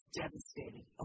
devastated